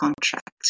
contract